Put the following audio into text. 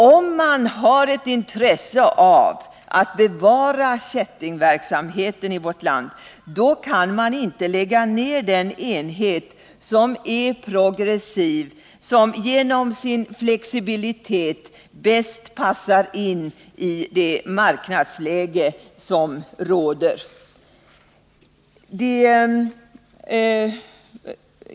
Om man har ett intresse av att bevara kättingverksamheten, kan man inte lägga ned den enhet som är progressiv och som genom sin flexibilitet bäst passar in i det marknadsläge som råder.